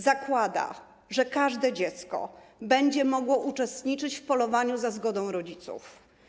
Zakłada, że każde dziecko będzie mogło uczestniczyć w polowaniu za zgodą rodziców.